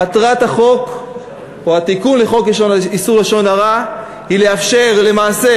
מטרת התיקון של חוק איסור לשון הרע היא לאפשר למעשה